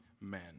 men